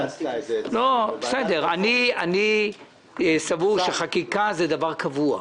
אני סבור שחקיקה זה דבר קבוע.